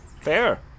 Fair